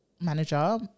manager